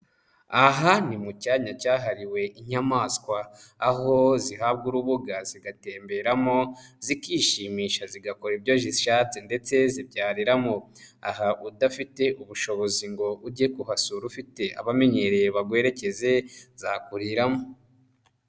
Aha ni mu cyanya cyahariwe inyamaswa, aho zihabwa urubuga zigatemberamo, zikishimisha zigakora ibyo zishatse ndetse zibyariramo, aha udafite ubushobozi ngo ujye kuhasura ufite abahamenyereye baguherekeze zakuriramo.